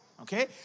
Okay